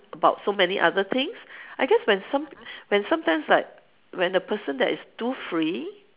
about so many other things I guess when some when sometimes like when the person that is too free